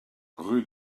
rue